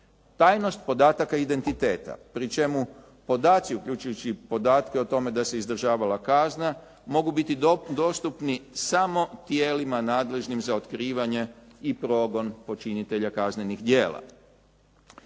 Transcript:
tajnost podataka identiteta, pri čemu podaci uključujući podatke o tome da se izdržavala kazna mogu biti dostupni samo tijelima nadležnim za otkrivanje i progon počinitelja kaznenih djela.